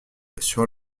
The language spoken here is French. sur